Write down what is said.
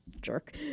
jerk